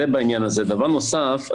דבר נוסף,